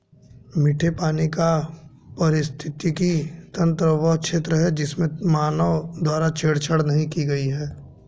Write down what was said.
मीठे पानी का पारिस्थितिकी तंत्र वह क्षेत्र है जिसमें मानव द्वारा छेड़छाड़ नहीं की गई है